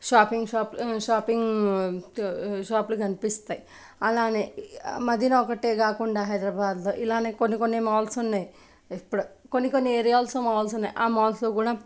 shopping షాపులు shopping షాపులు కనిపిస్తాయి అలానే మదీనా ఒకటే కాకుండా హైదరాబాదులో ఇలానే కొన్ని కొన్ని మాల్సు ఉన్నాయి ఇప్పుడు కొన్ని కొన్ని ఏరియాస్లో మాల్స్ ఉన్నాయి ఆ మాల్స్లో కూడా